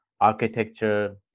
architecture